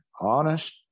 Honest